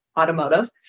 Automotive